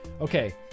Okay